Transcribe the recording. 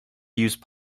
use